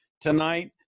tonight